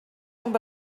amb